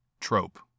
trope